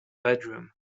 bedroom